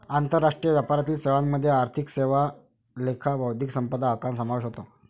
आंतरराष्ट्रीय व्यापारातील सेवांमध्ये आर्थिक लेखा सेवा बौद्धिक संपदा हक्कांचा समावेश होतो